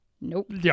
nope